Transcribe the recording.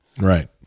Right